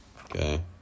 Okay